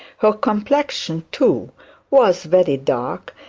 her complexion too was very dark,